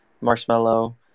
Marshmallow